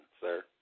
sir